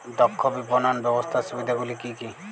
দক্ষ বিপণন ব্যবস্থার সুবিধাগুলি কি কি?